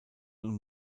und